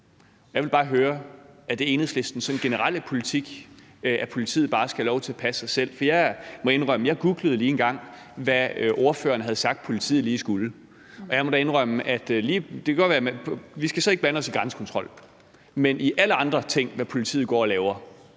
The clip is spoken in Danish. Jeg vil bare høre, om det er Enhedslistens generelle politik, at politiet bare skal have lov til at passe sig selv. For jeg må indrømme, at jeg lige googlede, hvad ordføreren havde sagt politiet skulle, og det kan så godt være, at vi ikke skal blande os i grænsekontrol, men alle de andre ting, som politiet går og laver,